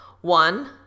one